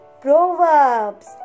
Proverbs